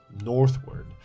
northward